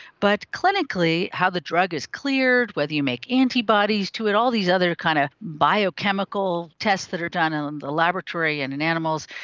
but clinically how the drug is cleared, whether you make antibodies to it, all these other kind of biochemical tests that are done in and the laboratory and in animals,